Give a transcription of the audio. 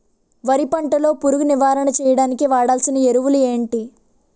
వరి పంట లో పురుగు నివారణ చేయడానికి వాడాల్సిన ఎరువులు ఏంటి?